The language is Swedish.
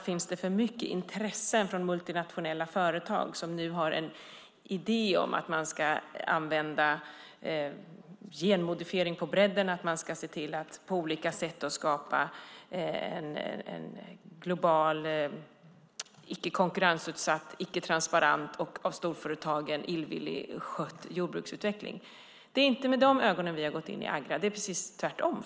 Finns det för mycket intressen från multinationella företag som nu har en idé om att man ska använda genmodifiering på bredden och se till att på olika sätt skapa en global icke-konkurrensutsatt, icke-transparent av storföretagen illvilligt skött jordbruksutveckling? Det är inte med de ögonen som vi har gått in i Agra. Det är precis tvärtom.